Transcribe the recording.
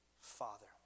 Father